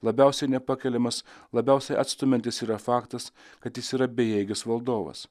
labiausiai nepakeliamas labiausiai atstumiantis yra faktas kad jis yra bejėgis valdovas